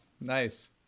Nice